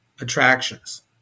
attractions